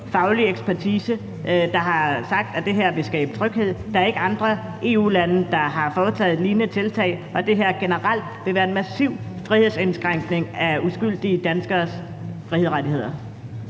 faglig ekspertise, der har sagt, at det her vil skabe tryghed. Der er ikke andre EU-lande, der har foretaget lignende tiltag. Og det her vil generelt være en massiv frihedsindskrænkning af uskyldige danskeres frihedsrettigheder.